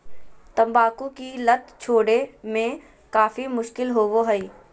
तंबाकू की लत छोड़े में काफी मुश्किल होबो हइ